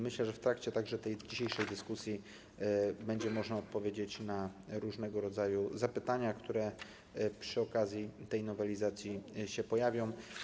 Myślę, że w trakcie także tej dzisiejszej dyskusji będzie można odpowiedzieć na różnego rodzaju zapytania, które przy okazji tej nowelizacji się pojawią.